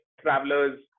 travelers